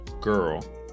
girl